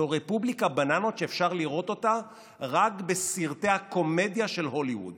זו רפובליקת בננות שאפשר לראות רק בסרטי הקומדיה של הוליווד.